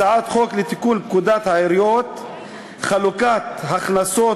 הצעת חוק לתיקון פקודת העיריות (חלוקת הכנסות